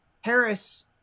Harris